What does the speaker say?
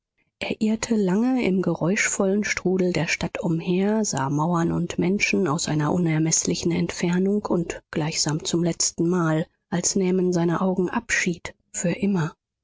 irrte lange im geräuschvollen strudel der stadt umher sah mauern und menschen aus einer unermeßlichen entfernung und gleichsam zum letzten mal als nähmen seine augen abschied für immer